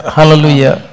Hallelujah